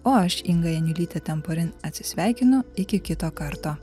o aš inga janiulytė temporin atsisveikinu iki kito karto